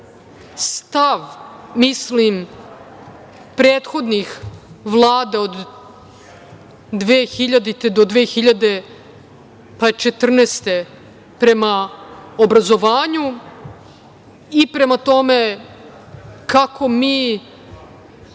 stav, mislim, prethodnih vlada od 2000. do pa i 2014. godine prema obrazovanju i prema tome kakve